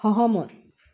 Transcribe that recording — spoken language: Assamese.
সহমত